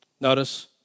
Notice